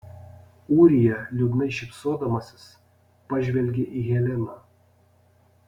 ūrija liūdnai šypsodamasis pažvelgė į heleną